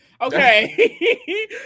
okay